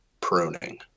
pruning